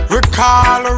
Recall